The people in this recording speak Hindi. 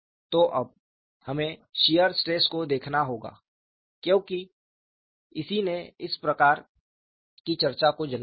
तो अब हमें शीयर स्ट्रेस को देखना होगा क्योंकि इसी ने इस प्रकार की चर्चा को जन्म दिया है